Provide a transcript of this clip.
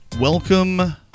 Welcome